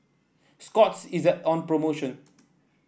Scott's is on promotion